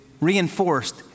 reinforced